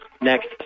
next